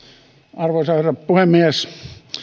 arvoisa herra puhemies